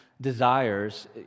desires—